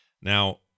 Now